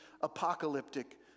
apocalyptic